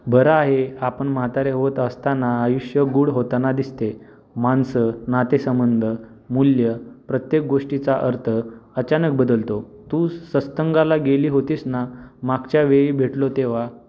बरं आहे आपण म्हातारे होत असताना आयुष्य गूढ होताना दिसते माणसं नातेसबंध मूल्य प्रत्येक गोष्टीचा अर्थ अचानक बदलतो तू सत्संगाला गेली होतीस ना मागच्या वेळी भेटलो तेव्हा